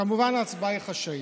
כמובן שההצבעה היא חשאית.